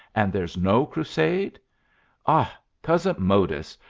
and there's no crusade ah, cousin modus,